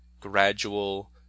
gradual